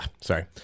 sorry